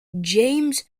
james